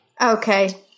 Okay